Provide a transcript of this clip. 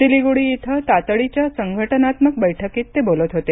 सिलीगुडी इथं तातडीच्या संघटनात्मक बैठकीत ते बोलत होते